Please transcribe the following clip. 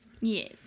Yes